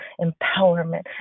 empowerment